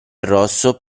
rosso